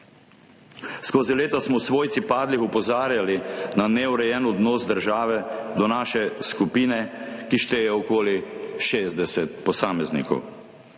Skozi leta smo svojci padlih opozarjali na neurejen odnos države do naše skupine, ki šteje okoli 60 posameznikov.